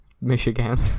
Michigan